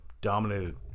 dominated